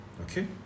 Okay